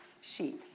sheet